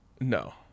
no